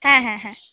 হ্যাঁ হ্যাঁ হ্যাঁ